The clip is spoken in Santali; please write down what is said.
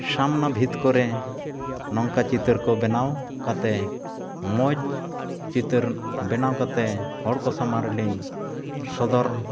ᱥᱟᱢᱱᱟ ᱵᱷᱤᱛ ᱠᱚᱨᱮ ᱱᱚᱝᱠᱟ ᱪᱤᱛᱟᱹᱨ ᱠᱚ ᱵᱮᱱᱟᱣ ᱠᱟᱛᱮᱫ ᱢᱚᱡᱽ ᱪᱤᱛᱟᱹᱨ ᱵᱮᱱᱟᱣ ᱠᱟᱛᱮᱫ ᱦᱚᱲ ᱠᱚ ᱥᱟᱢᱟᱝ ᱨᱮᱞᱤᱧ ᱥᱚᱫᱚᱨ